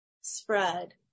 spread